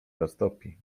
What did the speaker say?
roztopi